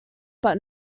but